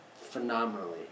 phenomenally